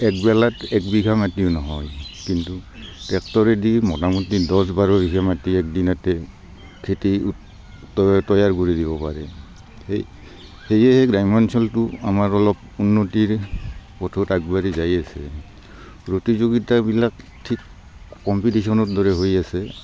এক বেলাত এক বিঘা মাটিও নহয় কিন্তু ট্ৰেক্টৰেদি মোটামুটি দহ বাৰ বিঘা মাটি এক দিনতে খেতি তৈ তৈয়াৰ কৰি দিব পাৰে সে সেয়েহে গ্ৰাম্যাঞ্চলটো আমাৰ অলপ উন্নতিৰ পথত আগবাঢ়ি যাই আছে প্ৰতিযোগীতাবিলাক ঠিক কম্পিটিশ্যনৰ দৰে হৈ আছে